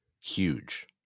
huge